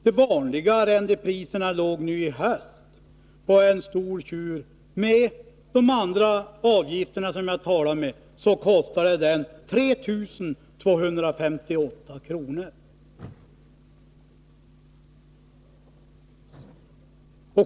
De vanliga arrendepriserna på en stor tjur låg tillsammans med de andra avgifterna på 3 258 kr.